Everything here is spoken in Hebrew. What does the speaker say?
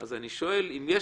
אני שואל אם יש